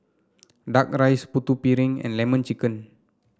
Duck Rice Putu Piring and lemon chicken